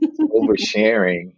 oversharing